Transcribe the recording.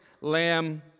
lamb